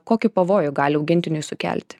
kokį pavojų gali augintiniui sukelti